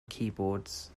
keyboards